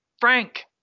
Frank